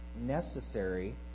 necessary